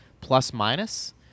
plus-minus